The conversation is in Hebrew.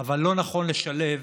אבל לא נכון לשלב